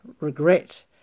regret